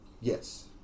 Yes